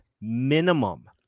minimum